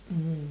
mmhmm